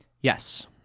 Yes